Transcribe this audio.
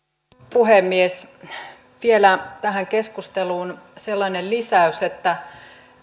puhemies vielä tähän keskusteluun sellainen lisäys että